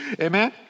Amen